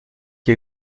qui